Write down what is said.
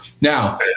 Now